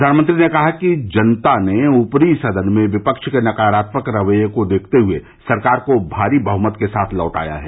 प्रधानमंत्री ने कहा कि जनता ने ऊपरी सदन में विपक्ष के नकारात्मक रवैये को देखते हुए सरकार को भारी बहुमत के साथ लौटाया है